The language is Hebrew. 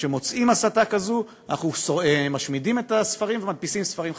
כשמוצאים הסתה כזאת אנחנו משמידים את הספרים ומדפיסים ספרים חדשים.